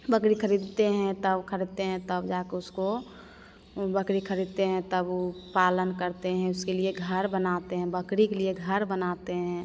बकरी खरीदते हैं तब खरीदते हैं तब जाकर उसको बकरी खरीदते हैं तब वह पालन करते हैं उसके लिए घर बनाते हैं बकरी के लिए घर बनाते हैं